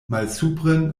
malsupren